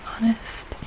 honest